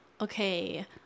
Okay